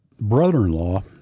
brother-in-law